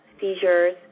seizures